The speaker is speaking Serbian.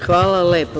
Hvala lepo.